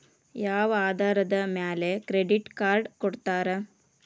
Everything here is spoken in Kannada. ಯಾವ ಆಧಾರದ ಮ್ಯಾಲೆ ಕ್ರೆಡಿಟ್ ಕಾರ್ಡ್ ಕೊಡ್ತಾರ?